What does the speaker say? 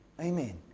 Amen